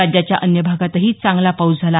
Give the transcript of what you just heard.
राज्याच्या अन्य भागातही चांगला पाऊस झाला